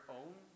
own